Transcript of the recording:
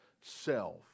Self